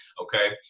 okay